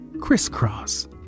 crisscross